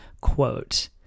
Quote